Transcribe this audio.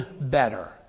better